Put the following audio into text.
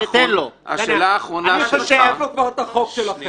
הבנו כבר את החוק שלכם,